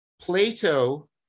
Plato